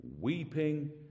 weeping